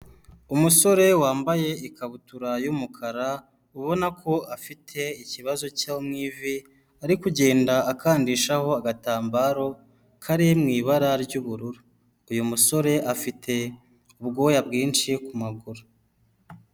Umusore wambaye ikabutura y'umukara ubona ko afite ikibazo cyo mu ivi ari kugenda akandishaho agatambaro kari mu ibara ry'ubururu, uyu musore afite ubwoya bwinshi ku maguru.